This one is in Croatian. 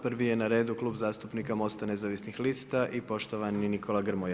Prvi je na redu Klub zastupnika MOST-a Nezavisnih lista i poštovani Nikola Grmoja.